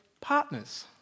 partners